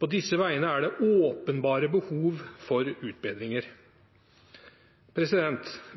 På disse veiene er det åpenbare behov for utbedringer.